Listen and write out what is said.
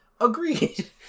Agreed